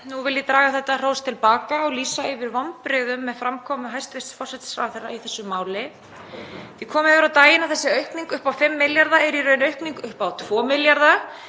Nú vil ég draga þetta hrós til baka og lýsa yfir vonbrigðum með framkomu hæstv. forsætisráðherra í þessu máli. Komið hefur á daginn að þessi aukning upp á 5 milljarða er í raun aukning upp á 2 milljarða